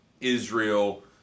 Israel